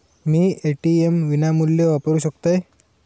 मी ATM विनामूल्य वापरू शकतय?